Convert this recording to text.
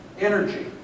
energy